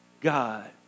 God